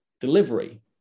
delivery